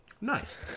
Nice